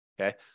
okay